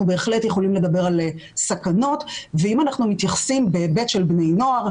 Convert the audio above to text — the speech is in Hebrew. בהחלט יכולים לדבר על סכנות ואם אנחנו מתייחסים בהיבט של בני נוער,